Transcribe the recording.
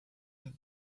and